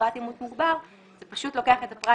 ופרט אימות מוגבר זה פשוט לוקח את פרט